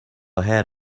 ahead